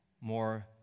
more